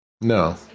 No